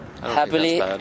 happily